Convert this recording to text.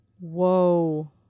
Whoa